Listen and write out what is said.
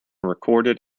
recorded